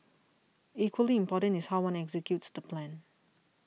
equally important is how one executes the plan